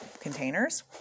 containers